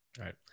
Right